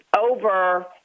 over